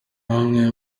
bamwe